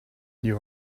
you